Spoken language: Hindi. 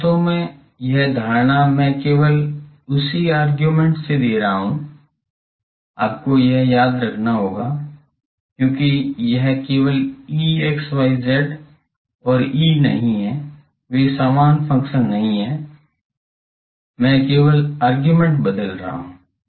वास्तव में यह धारणा मैं केवल उसी अरगूमेन्ट से दे रहा हूं आपको यह याद रखना होगा क्योंकि यह केवल E और E नहीं है वे समान फंक्शन नहीं हैं मैं केवल अरगूमेन्ट बदल रहा हूं